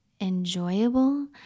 enjoyable